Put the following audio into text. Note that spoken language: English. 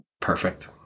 Perfect